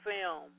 film